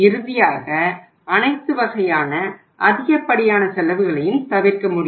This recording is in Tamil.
இறுதியாக அனைத்து வகையான அதிகப்படியான செலவுகளையும் தவிர்க்க முடியும்